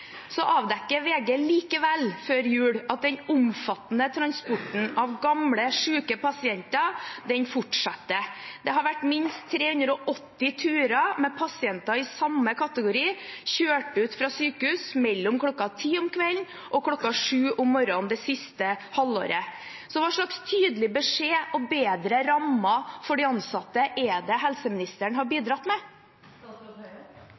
Så avdekker VG likevel før jul at den omfattende transporten av gamle, syke pasienter fortsetter. Det har vært minst 380 turer med pasienter i samme kategori som er kjørt ut fra sykehus mellom kl. 22 og kl. 07 det siste halvåret. Så hva slags tydelig beskjed og bedre rammer for de ansatte er det helseministeren har